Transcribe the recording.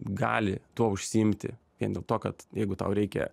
gali tuo užsiimti vien dėl to kad jeigu tau reikia